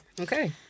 Okay